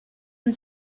une